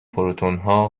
پروتونها